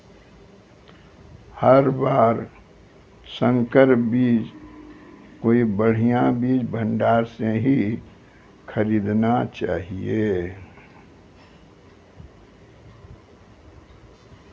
हर बार संकर बीज कोई बढ़िया बीज भंडार स हीं खरीदना चाहियो